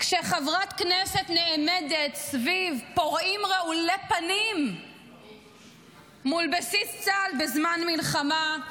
כשחברת כנסת נעמדת סביב פורעים רעולי פנים מול בסיס צה"ל בזמן מלחמה,